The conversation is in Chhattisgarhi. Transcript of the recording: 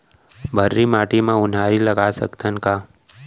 भर्री माटी म उनहारी लगा सकथन का?